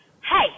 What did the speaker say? hey